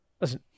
listen